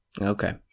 Okay